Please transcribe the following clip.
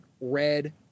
red